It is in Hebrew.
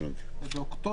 אני מבין שאתם